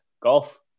Golf